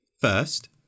First